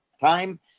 time